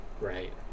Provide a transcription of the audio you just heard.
right